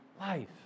life